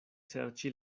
serĉi